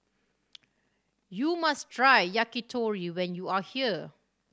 you must try Yakitori when you are here